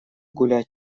гулять